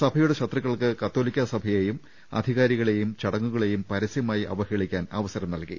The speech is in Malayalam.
സഭയുടെ ശത്രുക്കൾക്ക് കത്തോലിക്കാ സഭയെയും അധികാരികളെയും ചടങ്ങുകളേയും പരസ്യമായി അവഹേളിക്കാൻ അവസരം നൽകി